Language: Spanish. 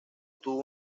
tuvo